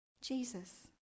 Jesus